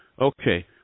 Okay